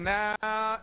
now